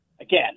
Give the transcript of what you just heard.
again